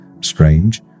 strange